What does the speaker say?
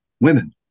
women